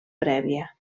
prèvia